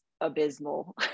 abysmal